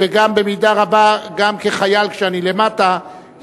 ובמידה רבה גם כחייל כשאני למטה,